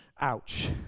Ouch